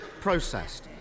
processed